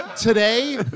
Today